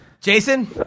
Jason